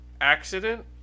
accident